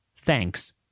thanks